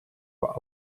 uhr